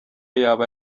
yaba